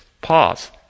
Pause